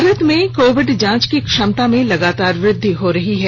भारत में कोविड जांच की क्षमता में लगातार वृद्धि हो रही है